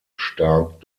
stark